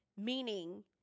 Meaning